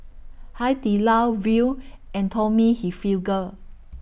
Hai Di Lao Viu and Tommy Hilfiger